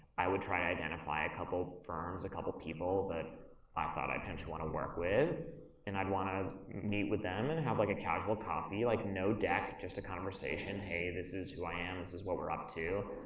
i would try to identify a couple firms, a couple people that i thought i'd potentially wanna work with and i'd wanna meet with them and have like a casual coffee like no deck, just a conversation, hey, this is who i am, this is what we're up to.